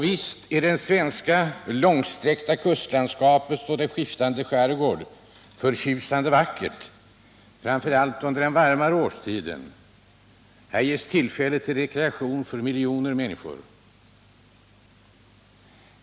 Visst är det svenska långsträckta kustlandskapet och dess skiftande skärgård förtjusande vackert, framför allt under den varmare årstiden. Där ges tillfälle till rekreation för miljoner människor.